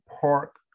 park